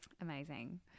amazing